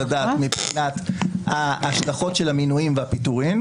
הדעת מבחינת ההשלכות של המינויים והפיטורים,